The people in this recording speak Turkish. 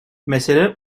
mesele